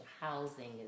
housing